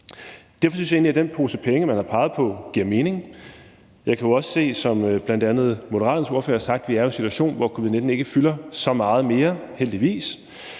mening at pege på den pose penge, man har peget på. Jeg kan jo også se, at vi, som bl.a. Moderaternes ordførere har sagt, er i en situation, hvor covid-19 ikke fylder så meget mere, heldigvis,